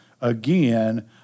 Again